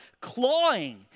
Clawing